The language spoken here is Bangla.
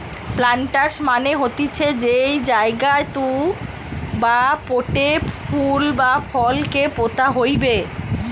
প্লান্টার্স মানে হতিছে যেই জায়গাতু বা পোটে ফুল বা ফল কে পোতা হইবে